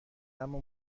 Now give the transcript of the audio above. اما